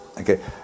Okay